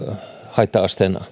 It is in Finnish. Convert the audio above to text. haitta asteen